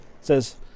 says